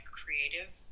creative